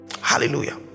hallelujah